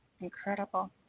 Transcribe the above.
Incredible